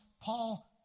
Paul